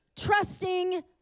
trusting